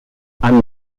and